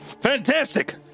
Fantastic